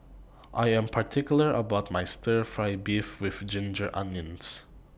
I Am particular about My Stir Fry Beef with Ginger Onions